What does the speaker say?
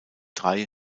drei